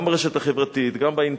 גם ברשת החברתית, גם באינטרנטית,